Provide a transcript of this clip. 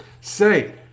Say